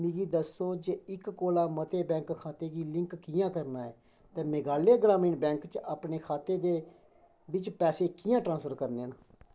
मिगी दस्सो जे इक कोला मते बैंक खातें गी लिंक कि'यां करना ऐ ते मेघालय ग्रामीण बैंक च अपने खातें दे बिच्च पैसे कि'यां ट्रांसफर करने न